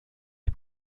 des